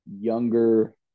younger